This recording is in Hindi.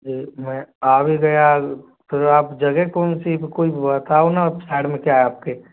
जी मैं आ भी गया फिर आप जगह कौन सी कोई बताओ ना साइड में क्या है आप के